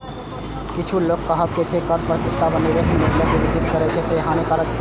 किछु लोकक कहब छै, जे कर प्रतिस्पर्धा निवेश निर्णय कें विकृत करै छै, तें हानिकारक छै